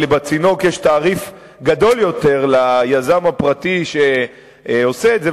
אבל בצינוק יש תעריף גדול יותר ליזם הפרטי שעושה את זה,